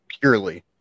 purely